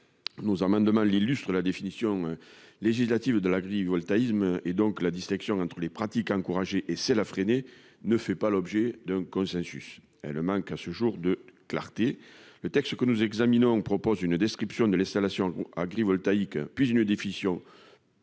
Nos amendements l'illustrent : la définition législative de l'agrivoltaïsme et, partant, la distinction entre les pratiques à encourager et celles à freiner ne font pas l'objet d'un consensus ; à ce jour, cette définition manque de clarté. Le texte que nous examinons propose d'abord une description de l'installation agrivoltaïque, puis une définition